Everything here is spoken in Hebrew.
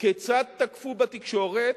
כיצד תקפו בתקשורת,